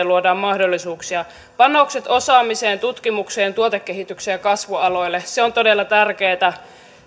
luodaan mahdollisuuksia panoksien laittaminen osaamiseen tutkimukseen tuotekehitykseen ja kasvualoille on todella tärkeätä